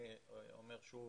אני אומר שוב,